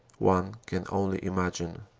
one can only imagine.